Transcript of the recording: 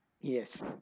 Yes